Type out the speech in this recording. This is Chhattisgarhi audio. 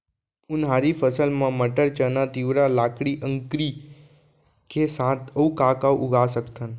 उनहारी फसल मा मटर, चना, तिंवरा, लाखड़ी, अंकरी के साथ अऊ का का उगा सकथन?